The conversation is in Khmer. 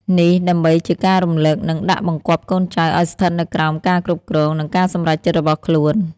នេះដើម្បីជាការរំលឹក និងដាក់បង្គាប់កូនចៅឱ្យស្ថិតនៅក្រោមការគ្រប់គ្រង និងការសម្រេចរបស់ខ្លួន។